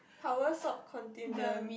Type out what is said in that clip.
power sop contingent